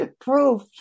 Proof